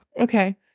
Okay